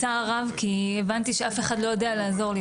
כי הבנתי שאף אחד לא יודע לעזור לי,